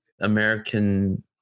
American